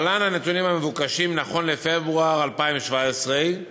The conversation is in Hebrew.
להלן הנתונים המבוקשים נכון לפברואר 2017,